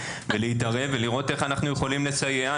להתערב ולראות איך אנחנו יכולים לסייע.